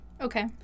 Okay